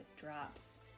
drops